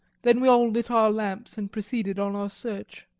then we all lit our lamps and proceeded on our search.